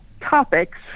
topics